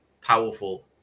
powerful